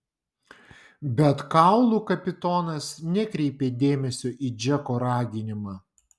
bet kaulų kapitonas nekreipė dėmesio į džeko raginimą